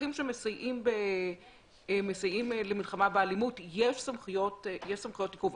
לפקחים שמסייעים למלחמה באלימות יש סמכויות עיכוב.